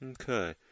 Okay